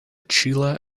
chillier